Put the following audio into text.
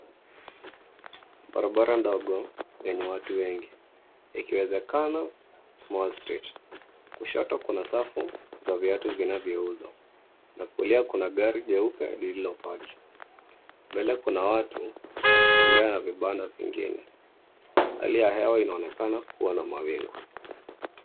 Barabara ndogo yenye watu wengi ikiwezekana, Small Street. Kushoto kuna safu za viatu vinavyouzwa na kulia kuna gari jeupe lililopaki. Mbele kuna watu wakitembea na vibanda vingine. Hali ya hewa inaonekana kuwa na mawingu.